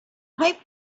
pipe